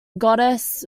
goddess